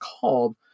called